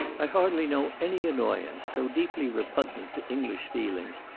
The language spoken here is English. i hardly know any annoyance so deeply repugnant to english feelings,